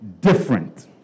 Different